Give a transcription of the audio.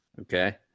Okay